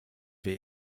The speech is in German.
wir